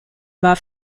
war